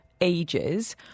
ages